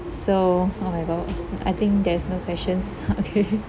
so oh my god I think there's no questions okay